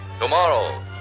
Tomorrow